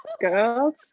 girls